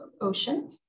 Ocean